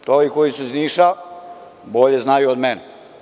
To ovi koji su iz Niša bolje znaju od mene.